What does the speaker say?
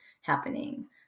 happening